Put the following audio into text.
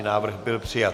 Návrh byl přijat.